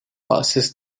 passes